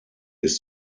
ist